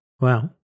Wow